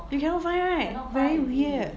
you cannot find right very weird